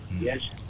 Yes